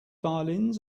violins